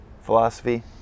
philosophy